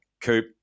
coop